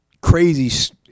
crazy